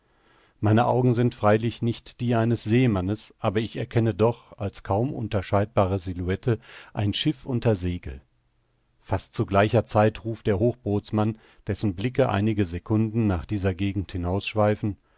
meine augen sind freilich nicht die eines seemannes aber ich erkenne doch als kaum unterscheidbare silhouette ein schiff unter segel fast zu gleicher zeit ruft der hochbootsmann dessen blicke einige secunden nach dieser gegend